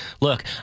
look